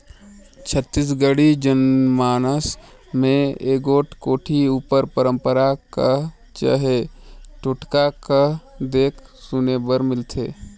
छत्तीसगढ़ी जनमानस मे एगोट कोठी उपर पंरपरा कह चहे टोटका कह देखे सुने बर मिलथे